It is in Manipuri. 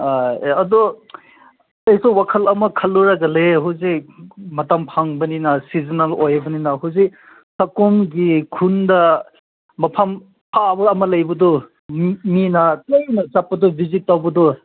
ꯑꯗꯣ ꯑꯩꯗꯣ ꯋꯥꯈꯜ ꯑꯃ ꯈꯜꯂꯨꯔꯒ ꯂꯩꯌꯦ ꯍꯧꯖꯤꯛ ꯃꯇꯝ ꯐꯪꯕꯅꯤ ꯁꯤꯖꯅꯦꯜ ꯑꯣꯏꯕꯅꯤꯅ ꯍꯧꯖꯤꯛ ꯇꯀꯣꯝꯒꯤ ꯈꯨꯟꯗ ꯃꯐꯝ ꯑꯥ ꯂꯥꯞꯅ ꯂꯩꯕꯗꯣ ꯃꯤꯅ ꯂꯣꯏꯅ ꯆꯠꯄꯗꯣ ꯚꯤꯖꯤꯠ ꯇꯧꯕꯗꯣ